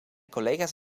collega’s